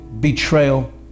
betrayal